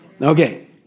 Okay